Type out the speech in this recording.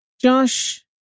Josh